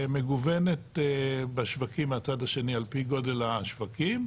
ומגוונת בשווקים מהצד השני על פי גודל השווקים,